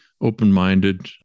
Open-minded